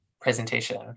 presentation